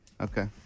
Okay